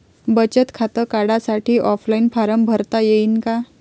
बचत खातं काढासाठी ऑफलाईन फारम भरता येईन का?